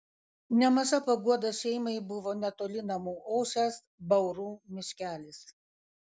nemaža paguoda šeimai buvo netoli namų ošęs baurų miškelis